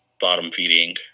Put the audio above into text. bottom-feeding